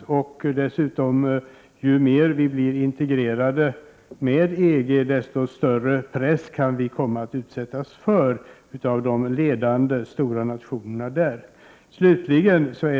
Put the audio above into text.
Men regler kan ändras, och ju mer vi blir integrerade desto större press kan vi komma att utsättas för från de ledande, stora nationerna i EG.